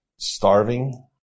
Starving